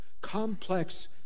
complex